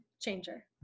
changer